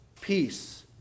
peace